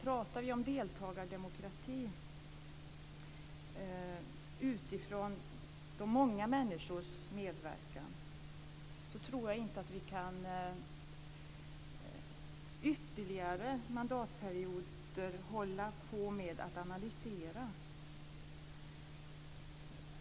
Talar vi om deltagardemokrati utifrån de många människornas medverkan tror jag inte att vi under ytterligare mandatperioder kan analysera.